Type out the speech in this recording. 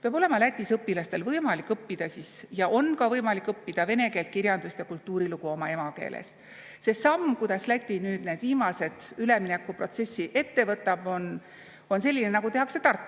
peab Lätis olema õpilastel võimalik õppida ja on ka võimalik õppida vene keelt, kirjandust ja kultuurilugu oma emakeeles. See samm, kuidas Läti nüüd need viimased üleminekuprotsessid ette võtab, on selline, nagu tehakse Tartus: